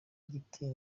giti